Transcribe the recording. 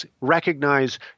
recognize